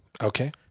Okay